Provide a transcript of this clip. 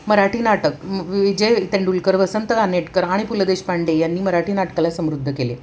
मराठी नाटक विजय तेंडुलकर वसंत कानेटकर आणि पु ल देशपांडे यांनी मराठी नाटकाला समृद्ध केले